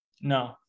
No